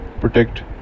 protect